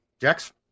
Jax